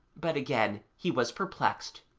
but again he was perplexed.